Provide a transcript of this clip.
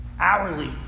Hourly